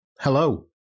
Hello